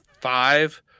five